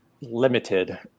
limited